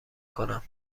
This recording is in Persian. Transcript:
کنم